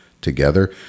together